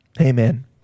Amen